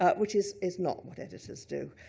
ah which is is not what editors do,